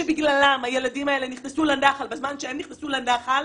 שבגללם הילדים האלה נכנסו לנחל בזמן שנכנסו לנחל